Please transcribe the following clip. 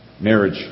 marriage